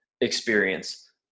experience